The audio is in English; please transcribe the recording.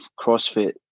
CrossFit